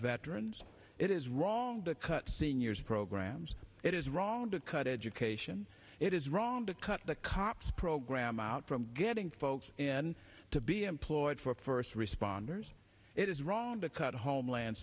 veterans it is wrong to cut seniors programs it is wrong to cut education it is wrong to cut the cops program out from getting folks in to be employed for first responders it is wrong to cut homeland